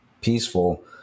peaceful